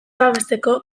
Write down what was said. babesteko